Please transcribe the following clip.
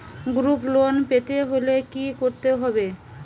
Group loan পেতে হলে কি করতে হবে?